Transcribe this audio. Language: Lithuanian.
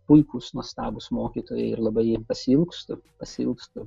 puikūs nuostabūs mokytojai ir labai pasiilgstu pasiilgstu